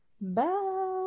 Bye